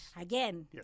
Again